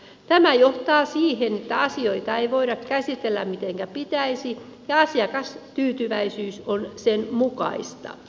tämä johtaa siihen että asioita ei voida käsitellä mitenkä pitäisi ja asiakastyytyväisyys on sen mukaista